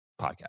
podcast